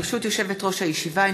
ברשות יושבת-ראש הישיבה,